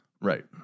Right